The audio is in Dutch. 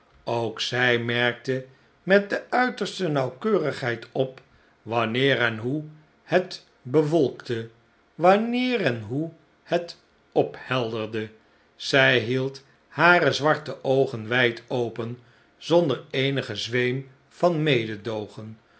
ook zij merkte met de uiterste nauwkeurigheid op wanneer en hoe het bewolkte wanneer en hoe het ophelderde zij hield hare zwarte oogen wijd open zonder eenigen zweem van mededoogen